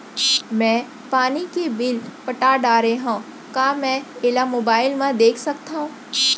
मैं पानी के बिल पटा डारे हव का मैं एला मोबाइल म देख सकथव?